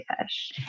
fish